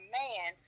man